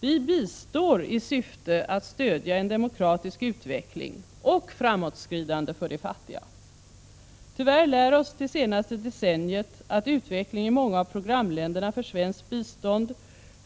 Vi bistår i syfte att stödja en demokratisk utveckling och framåtskridande för de fattiga. Tyvärr lär oss det senaste decenniet att utvecklingen i många av programländerna för svenskt bistånd